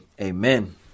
amen